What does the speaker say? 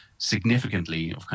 significantly